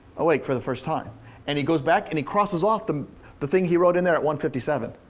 awake for the first time. and he goes back and he crosses off the the thing he wrote in there at one fifty seven.